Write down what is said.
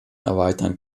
erweitern